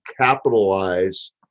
capitalize